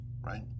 right